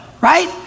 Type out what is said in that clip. right